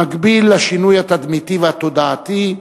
במקביל לשינוי התדמיתי והתודעתי,